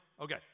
Okay